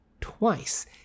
twice